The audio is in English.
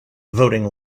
voting